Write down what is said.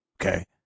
Okay